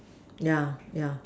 yeah yeah